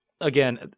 again